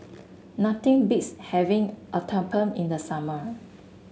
nothing beats having Uthapam in the summer